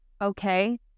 okay